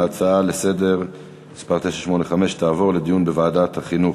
ההצעה לסדר-היום מס' 985 תעבור לדיון בוועדת החינוך.